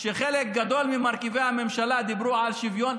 וחלק גדול ממרכיבי הממשלה דיברו על שוויון,